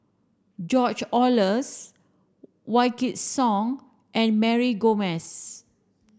George Oehlers Wykidd Song and Mary Gomes